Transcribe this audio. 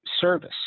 service